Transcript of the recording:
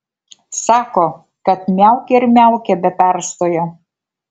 sako kad miaukia ir miaukia be perstojo